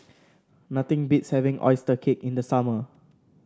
nothing beats having oyster cake in the summer